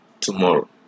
tomorrow